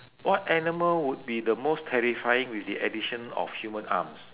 what animal would be the most terrifying with the addition of human arms